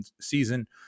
season